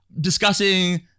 discussing